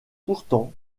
pourtant